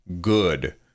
good